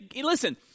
listen